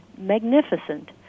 magnificent